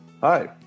Hi